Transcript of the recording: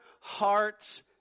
hearts